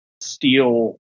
steel